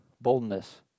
boldness